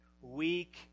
weak